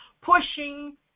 Pushing